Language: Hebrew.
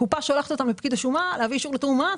הקופה שולחת אותם לפקיד השומה להביא אישור לתיאום מס.